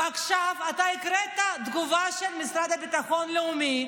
ועכשיו אתה הקראת תגובה של המשרד לביטחון לאומי.